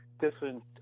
different